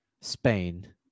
spain